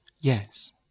Yes